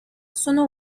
sono